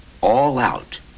all-out